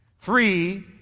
Three